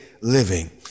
living